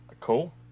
Cool